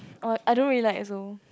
orh I don't really like also